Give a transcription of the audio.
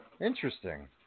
Interesting